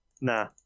Nah